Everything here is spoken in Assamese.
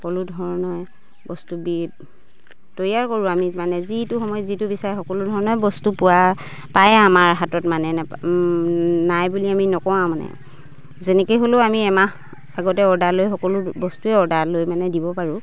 সকলো ধৰণৰ বস্তু তৈয়াৰ কৰোঁ আমি মানে যিটো সময় যিটো বিচাৰে সকলো ধৰণৰ বস্তু পোৱা পায় আমাৰ হাতত মানে নাপা নাই বুলি আমি নকওঁ মানে যেনেকে হ'লেও আমি এমাহ আগতে অৰ্ডাৰ লৈ সকলো বস্তুৱে অৰ্ডাৰ লৈ মানে দিব পাৰোঁ